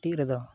ᱟᱨ ᱠᱟᱹᱴᱤᱡ ᱨᱮᱫᱚ